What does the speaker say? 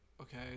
Okay